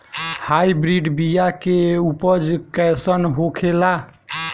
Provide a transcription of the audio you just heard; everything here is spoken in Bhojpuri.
हाइब्रिड बीया के उपज कैसन होखे ला?